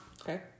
Okay